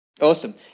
awesome